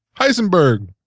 Heisenberg